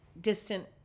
distant